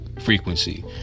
frequency